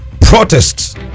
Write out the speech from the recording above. protests